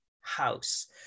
house